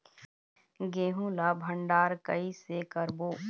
गेहूं ला भंडार कई से करबो?